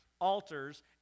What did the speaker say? altars